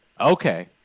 Okay